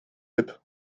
hip